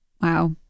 Wow